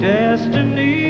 Destiny